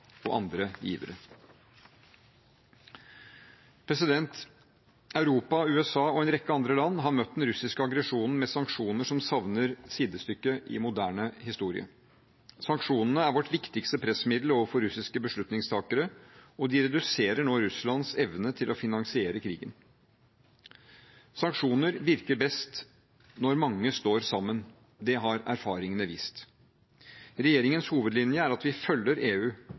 og andre givere. Europa, USA og en rekke andre land har møtt den russiske aggresjonen med sanksjoner som savner sidestykke i moderne historie. Sanksjonene er vårt viktigste pressmiddel overfor russiske beslutningstakere, og de reduserer nå Russlands evne til å finansiere krigen. Sanksjoner virker best når mange står sammen. Det har erfaringene vist. Regjeringens hovedlinje er at vi følger EU.